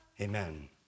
Amen